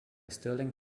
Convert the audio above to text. stirling